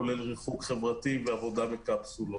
כולל ריחוק חברתי ועבודה בקפסולות.